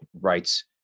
rights